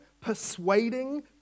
persuading